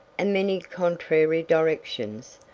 and many contrary directions,